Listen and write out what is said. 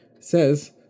says